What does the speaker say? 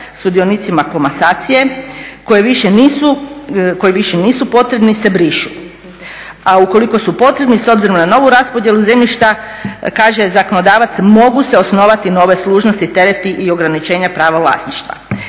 sudionicima komasacije koje više nisu potrebni se brišu a ukoliko su potrebni s obzirom na novu raspodjelu zemljišta kaže zakonodavac mogu se osnovati nove služnosti, tereti i ograničenja prava vlasništva.